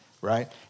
right